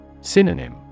Synonym